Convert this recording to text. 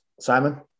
Simon